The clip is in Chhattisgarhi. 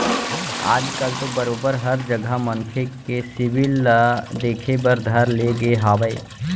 आज कल तो बरोबर हर जघा मनखे के सिविल ल देखे बर धर ले गे हावय